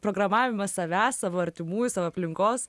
programavimas savęs savo artimųjų savo aplinkos